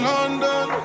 London